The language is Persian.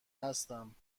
هستم